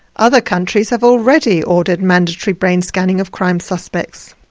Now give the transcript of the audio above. other countries have already ordered mandatory brain scanning of crime suspects.